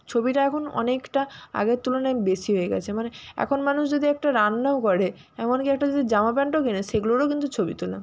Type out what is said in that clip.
ছবিটা এখন অনেকটা আগের তুলনায় বেশি হয়ে গেছে মানে এখন মানুষ যদি একটা রান্নাও করে এমনকি একটা যদি জামা প্যান্টও কেনে সেগুলোরও কিন্তু ছবি তোলে